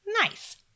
nice